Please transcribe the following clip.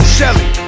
Shelly